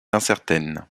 incertaine